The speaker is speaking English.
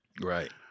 Right